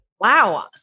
Wow